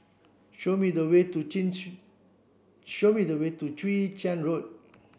show me the way to show me the way to Chwee Chian Road